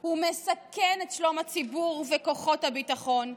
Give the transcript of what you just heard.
הוא מסכן את שלום הציבור וכוחות הביטחון.